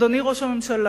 אדוני ראש הממשלה,